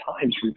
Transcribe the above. times